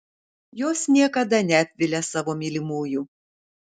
jos niekada neapvilia savo mylimųjų